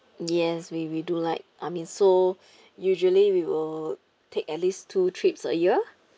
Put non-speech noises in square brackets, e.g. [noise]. yes we we do like I mean so [breath] usually we will take at least two trips a year